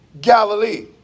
Galilee